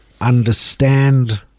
understand